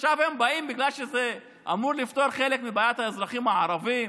עכשיו הם באים בגלל שזה אמור לפתור חלק מבעיית האזרחים הערבים.